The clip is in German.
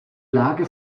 lage